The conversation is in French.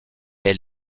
elle